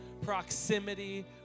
proximity